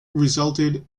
resulted